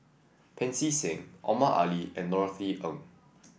Pancy Seng Omar Ali and Norothy Ng